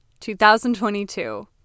2022